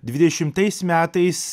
dvidešimtais metais